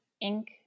ink